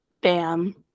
bam